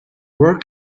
work